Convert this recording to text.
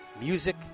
Music